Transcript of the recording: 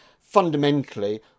fundamentally